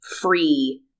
free